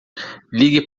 ligue